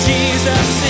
Jesus